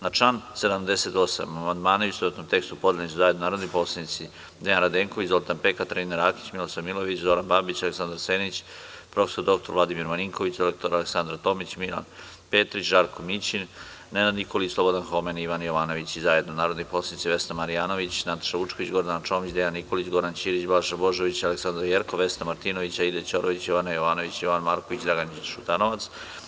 Na član 78. amandmane u istovetnom tekstu podneli su zajedno narodni poslanici Dejan Radenković, Zoltan Pek, Katarina Rakić, Milosav Milojević, Zoran Babić, Aleksandar Senić, prof. dr Vladimir Marinković, dr Aleksandra Tomić, Milan Petrić, Žarko Mićin, Nenad Nikolić, Slobodan Homen i Ivan Jovanović i zajedno narodni poslanici Vesna Marjanović, Nataša Vučković, Gordana Čomić, Dejan Nikolić, Goran Ćirić, Balša Božović, mr Aleksandra Jerkov, Vesna Martinović, Aida Ćorović, Jovana Jovanović, Jovan Marković i Dragan Šutanovac.